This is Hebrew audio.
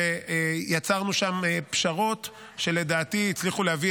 ויצרנו שם פשרות שלדעתי הצליחו להביא